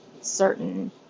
certain